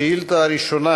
השאילתה הראשונה